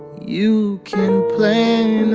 you can plan